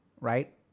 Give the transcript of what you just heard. Right